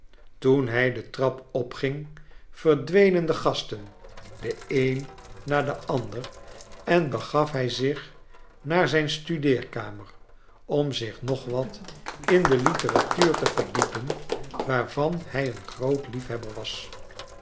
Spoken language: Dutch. toen hij de trap opging verdwenen de gasten de een na den ander en begaf hij zich naar zijn studeerkamer om zich nog wat in i de literatuur te verdiepen waarvan hij een groot liefhebber was